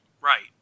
Right